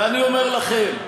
אני אומר לכם,